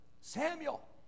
Samuel